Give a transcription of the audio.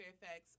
Fairfax